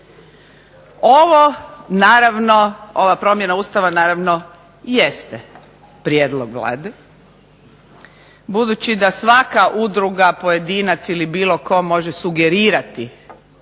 ova promjena Ustava naravno jeste prijedlog Vlade, budući da svaka udruga, pojedinac ili bilo tko može sugerirati